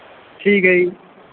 ਠੀਕ ਹੈ ਜੀ